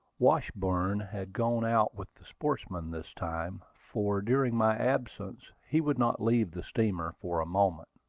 washburn had gone out with the sportsmen this time, for during my absence he would not leave the steamer for a moment.